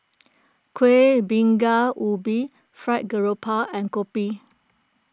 Kuih Bingka Ubi Fried Grouper and Kopi